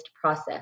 process